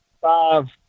five